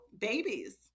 babies